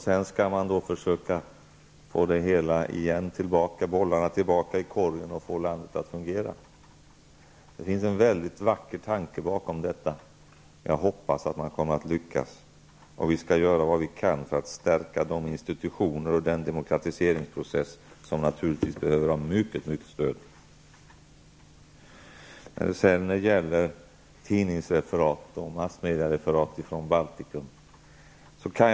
Sedan skall man försöka få bollarna tillbaka i korgen igen och få landet att fungera. Det finns en vacker tanke bakom detta. Jag hoppas att man kommer att lyckas. Vi skall göra vad vi kan för att stärka de institutioner och den demokratiseringsprocess som naturligtvis behöver mycket stöd. Herr talman!